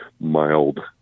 mild